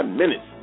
minutes